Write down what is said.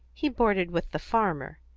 he boarded with the farmer.